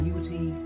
Beauty